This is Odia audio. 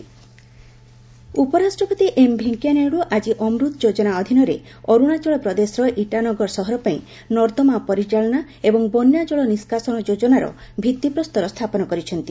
ଭାଇସ ପ୍ରେସିଡେଣ୍ଟ ଅରୁଣାଚଳ ପ୍ରଦେଶ ଉପରାଷ୍ଟ୍ରପତି ଏମ ଭେଙ୍କୟା ନାଇଡୁ ଆଜି ଅମୂତ ଯୋଜନା ଅଧୀନରେ ଅରୁଣାଚଳ ପ୍ରଦେଶର ଇଟାନଗର ସହର ପାଇଁ ନର୍ଦ୍ଦମା ପରିଚାଳନା ଏବଂ ବନ୍ୟା ଜଳ ନିଷ୍କାସନ ଯୋଜନାର ଭିଭିପ୍ରସ୍ତର ସ୍ଥାପନ କରିଛନ୍ତି